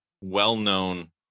well-known